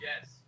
Yes